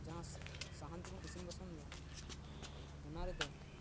ᱡᱟᱦᱟᱸ ᱥᱟᱦᱟᱱ ᱛᱮᱵᱚᱱ ᱤᱥᱤᱱ ᱵᱟᱥᱟᱝ ᱮᱫᱟ ᱚᱱᱟ ᱨᱮᱫᱚ